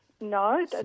No